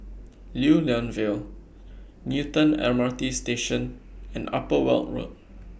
Lew Lian Vale Newton M R T Station and Upper Weld Road